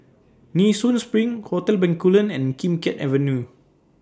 Nee Soon SPRING Hotel Bencoolen and Kim Keat Avenue